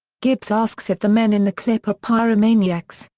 gibbs asks if the men in the clip are pyromaniacs,